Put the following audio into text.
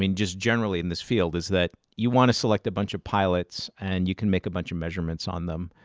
i mean just generally in this field, is that you want to select a bunch of pilots and you can make a bunch of measurements on them,